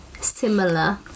similar